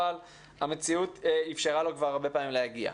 אבל המציאות אפשרה לו כבר הרבה פעמים להגיע.